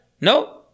Nope